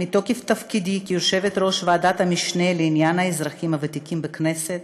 מתוקף תפקידי כיושבת-ראש ועדת המשנה לעניין האזרחים הוותיקים בכנסת,